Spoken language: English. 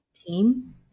team